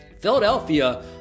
Philadelphia